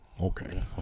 Okay